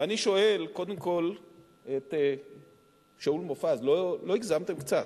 אני שואל, קודם כול את שאול מופז: לא הגזמתם קצת?